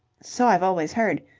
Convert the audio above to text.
so i've always heard.